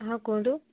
ହଁ କୁହନ୍ତୁ